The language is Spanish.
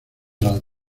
las